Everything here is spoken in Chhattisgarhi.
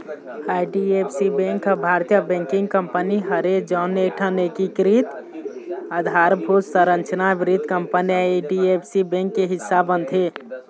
आई.डी.एफ.सी बेंक ह भारतीय बेंकिग कंपनी हरय जउन एकठन एकीकृत अधारभूत संरचना वित्त कंपनी आई.डी.एफ.सी बेंक के हिस्सा बनथे